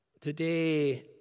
Today